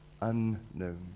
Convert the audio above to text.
Unknown